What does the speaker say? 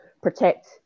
protect